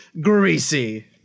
greasy